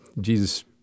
Jesus